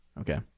Okay